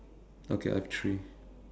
okay I have three